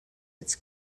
its